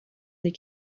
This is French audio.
des